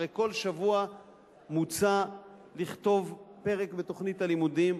הרי כל שבוע מוצע לכתוב פרק בתוכנית הלימודים.